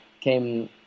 came